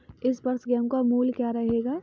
इस वर्ष गेहूँ का मूल्य क्या रहेगा?